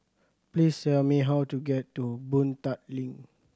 please tell me how to get to Boon Tat Link